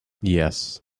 yes